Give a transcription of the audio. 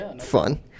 fun